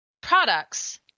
products